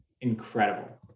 incredible